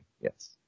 Yes